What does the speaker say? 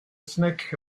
snack